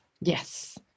Yes